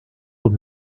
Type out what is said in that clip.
old